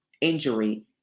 injury